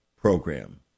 program